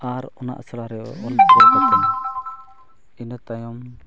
ᱟᱨ ᱚᱱᱟ ᱟᱥᱲᱟ ᱨᱮ ᱠᱟᱛᱮᱫ ᱤᱱᱟᱹ ᱛᱟᱭᱚᱢ